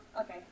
okay